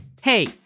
Hey